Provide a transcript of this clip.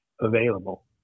available